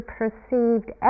perceived